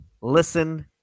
listen